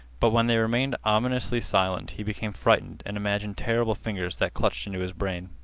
but when they remained ominously silent he became frightened and imagined terrible fingers that clutched into his brain.